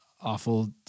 awful